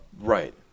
Right